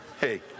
Hey